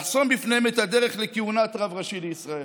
לחסום בפניהם את הדרך לכהונת רב ראשי לישראל.